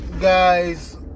guys